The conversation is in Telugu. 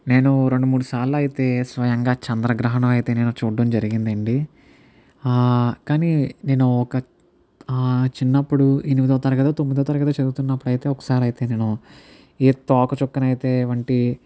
నేను రెండు మూడు సార్లు అయితే స్వయంగా చంద్రగ్రహణము అయితే నేను చూడ్డం జరిగింది అండి కానీ నేను ఒక చిన్నప్పుడు ఎనిమిదో తరగతో తొమ్మిదో తరగతో చదువుతున్నప్పుడు అయితే ఒకసారి అయితే నేను ఈ తోక చుక్కను అయితే వంటి